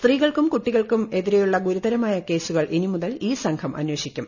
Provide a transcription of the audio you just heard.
സ്ത്രീകൾക്കും കുട്ടികൾക്കും എതിരെയുള്ള ഗുരുതരമായ കേസുകൾ ഇനിമുതൽ ഈ സംഘം അന്വേഷിക്കും